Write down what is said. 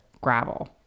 Gravel